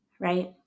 right